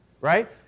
Right